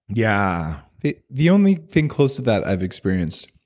yeah the the only thing close to that i've experienced,